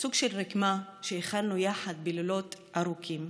סוג של רקמה שהכנו יחד בלילות ארוכים.